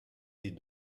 les